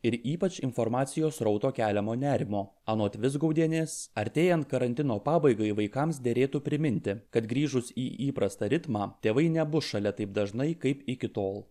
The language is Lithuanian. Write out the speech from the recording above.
ir ypač informacijos srauto keliamo nerimo anot vizgaudienės artėjant karantino pabaigai vaikams derėtų priminti kad grįžus į įprastą ritmą tėvai nebus šalia taip dažnai kaip iki tol